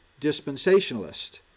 dispensationalist